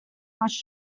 much